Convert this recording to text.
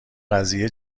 قضیه